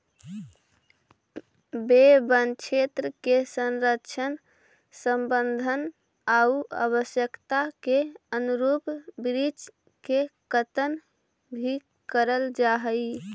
वे वनक्षेत्र के संरक्षण, संवर्धन आउ आवश्यकता के अनुरूप वृक्ष के कर्तन भी करल जा हइ